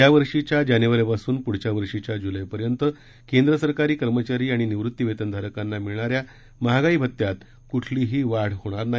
यावर्षीच्या जानेवारीपासन पुढच्या वर्षीच्या जुलैपर्यंत केंद्र सरकारी कर्मचारी आणि निवृत्तवेतन धारकांना मिळणाऱ्या महागाई भत्त्यात कुठलीही वाढ होणार नाही